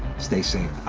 stay safe.